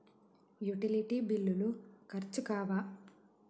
Utility బిల్లులు ఖర్చు కావా?